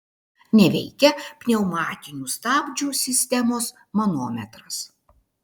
neveikia pneumatinių stabdžių sistemos manometras